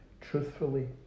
truthfully